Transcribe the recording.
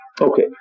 Okay